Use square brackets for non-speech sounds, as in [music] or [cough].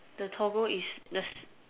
the Toggle is [noise]